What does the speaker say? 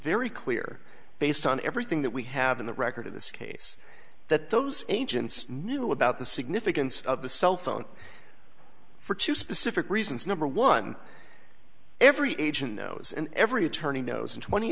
very clear based on everything that we have in the record of this case that those agents knew about the significance of the cell phone for two specific reasons number one every agent knows and every attorney knows in twenty